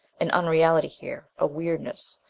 an unreality here. a weirdness.